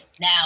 now